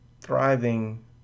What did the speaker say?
thriving